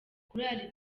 korali